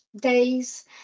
days